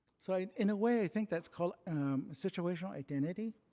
so in a way, i think that's called a situational identity.